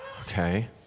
Okay